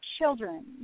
children